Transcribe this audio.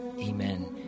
amen